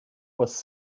was